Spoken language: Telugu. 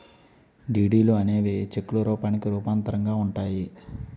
డీడీలు అనేవి చెక్కుల రూపానికి రూపాంతరంగా ఉంటాయి